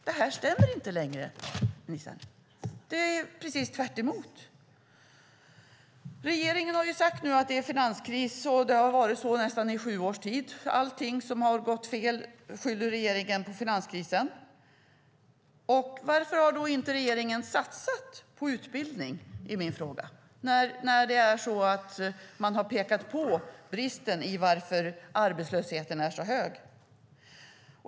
Det stämmer inte längre, ministern. Det är precis tvärtom. Regeringen har sagt att det är finanskris, och det har varit så i nästan sju år. Regeringen skyller allting som har gått fel på finanskrisen. Varför har inte regeringen satsat på utbildning? Det är min fråga. Man har ju pekat på att arbetslösheten är så hög.